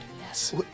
Yes